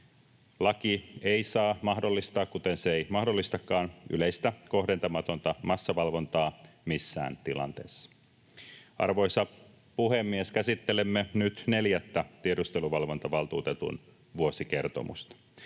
Laki ei saa mahdollistaa, kuten se ei mahdollistakaan, yleistä kohdentamatonta massavalvontaa missään tilanteessa. Arvoisa puhemies! Käsittelemme nyt neljättä tiedusteluvalvontavaltuutetun vuosikertomusta.